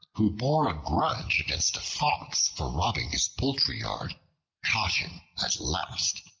who bore a grudge against a fox for robbing his poultry yard, caught him at last,